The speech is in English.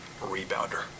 rebounder